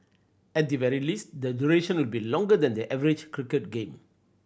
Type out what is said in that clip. at the very least the duration will be longer than the average cricket game